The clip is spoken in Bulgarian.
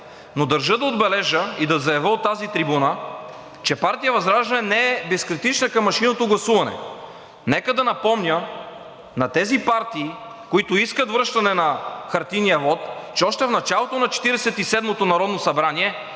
Но държа да отбележа и да заявя от тази трибуна, че партия ВЪЗРАЖДАНЕ не е безкритична към машинното гласуване. Нека да напомня на тези партии, които искат връщане на хартиения вот, че още в началото на Четиридесет и